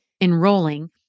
enrolling